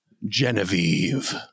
Genevieve